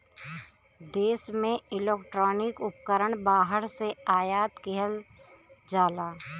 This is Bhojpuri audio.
देश में इलेक्ट्रॉनिक उपकरण बाहर से आयात किहल जाला